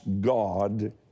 God